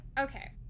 Okay